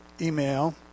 email